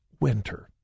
winter